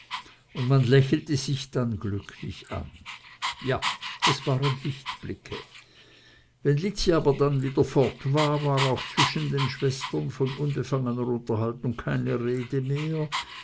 und man lächelte sich dann glücklich an ja es waren lichtblicke wenn lizzi dann aber wieder fort war war auch zwischen den schwestern von unbefangener unterhaltung keine rede mehr